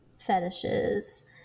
fetishes